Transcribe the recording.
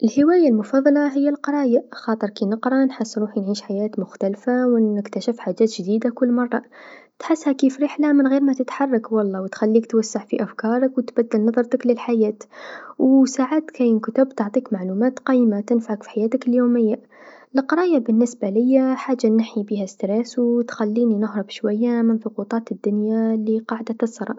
الهوايه المفصله هي القرايه خاطر كنقرا نحس نعيش حياة مختلفه و نكتشف حاجات جديدا كل مره، تحسها رحله من غير ما تتحرك و الله و تخليك توسع في أفكارك و تبدل نظرتك للحياة و ساعات كاين كتب تعطيك معلومات قيمه تنفعك في حياتك اليوميه، القرايه بالنسبه ليا حاجه نحي بيها التوتر و تخليني نهرب شويا من صغوطات الدنيا لقاعدا تصرا.